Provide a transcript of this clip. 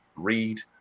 read